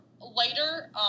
later